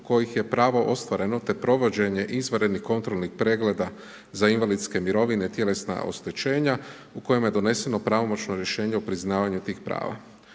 kojih je pravo ostvareno te provođenje izvanrednih kontrolnih pregleda za invalidske mirovine, tjelesna oštećenja u kojima je doneseno pravomoćno rješenje o priznavanju tih prava.